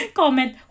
comment